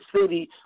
city